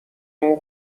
اون